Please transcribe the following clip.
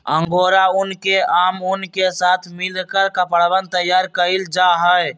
angora ऊन के आम ऊन के साथ मिलकर कपड़वन तैयार कइल जाहई